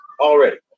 already